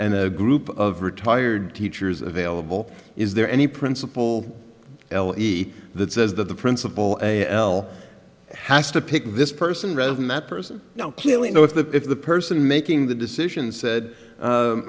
a group of retired teachers available is there any principal ellie that says that the principal l has to pick this person rather than that person now clearly no if the if the person making the decision said